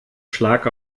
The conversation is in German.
schlag